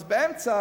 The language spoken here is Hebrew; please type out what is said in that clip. אז באמצע